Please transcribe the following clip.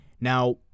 Now